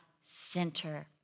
center